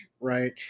right